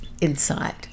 inside